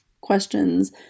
questions